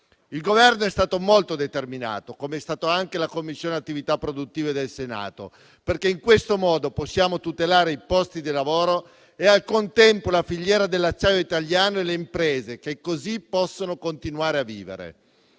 Il Governo è stato molto determinato, com'è stata anche la Commissione attività produttive del Senato, perché in questo modo possiamo tutelare i posti di lavoro e, al contempo, la filiera dell'acciaio italiano e le imprese, che così possono continuare a vivere.